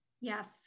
Yes